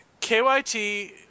KYT